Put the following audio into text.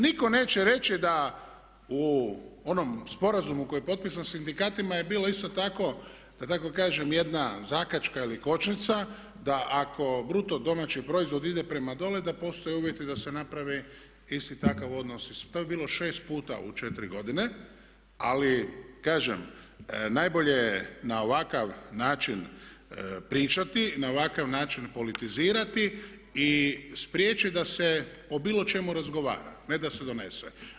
Nitko neće reći da u onom sporazumu koji je potpisan sa sindikatima je bilo isto tako da tako kažem jedna zakačka ili kočnica da ako bruto domaći proizvod ide prema dolje, da postoje uvjeti da se napravi isti takav odnos… to je bilo 6 puta u 4 godine ali kažem najbolje je na ovakav način pričati, na ovakav način politizirati i spriječit da se o bilo čemu razgovara, ne da se donese.